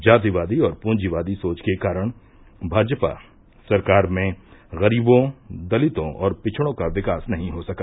जातिवादी और पूंजीवादी सोच के कारण भाजपा सरकार में गरीबों दलितों और पिछड़ों का विकास नही हो सका